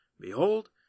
Behold